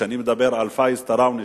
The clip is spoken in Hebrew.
ואני מדבר על פאיז טראונה,